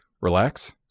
Relax